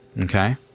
okay